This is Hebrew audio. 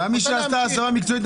גם מי שעשתה הסבה מקצועית,